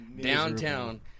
downtown